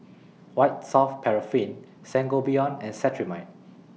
White Soft Paraffin Sangobion and Cetrimide